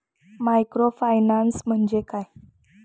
Microfinance म्हणजे काय?